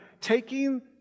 taking